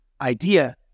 idea